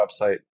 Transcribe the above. website